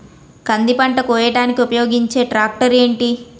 కంది పంట కోయడానికి ఉపయోగించే ట్రాక్టర్ ఏంటి?